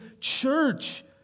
church